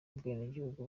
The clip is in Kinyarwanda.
ubwenegihugu